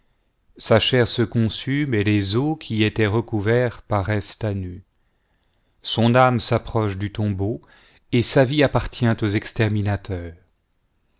sa chair se consume et les os qui étaient recouverts paraissent à nu son âme s'approche du tombeau et sa vie appartient aux exterminateurs